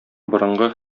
борынгы